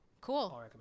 cool